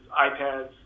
iPads